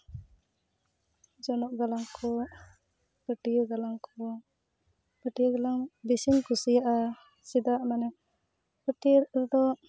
ᱡᱚᱱᱚᱜ ᱜᱟᱞᱟᱝ ᱠᱚ ᱯᱟᱹᱴᱭᱟᱹ ᱜᱟᱞᱟᱝ ᱠᱚ ᱯᱟᱹᱴᱭᱟᱹ ᱜᱟᱞᱟᱝ ᱵᱮᱥᱤᱧ ᱠᱩᱥᱤᱭᱟᱜᱼᱟ ᱪᱮᱫᱟᱜ ᱢᱟᱱᱮ ᱯᱟᱹᱴᱭᱟᱹ ᱨᱮᱫᱚ